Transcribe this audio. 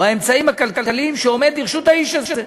האמצעים הכלכליים שעומדים לרשות האיש הזה.